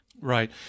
Right